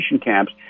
camps